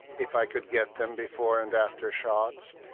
if i could get them before and after shots,